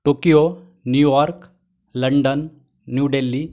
Tokyo New York London New Delhi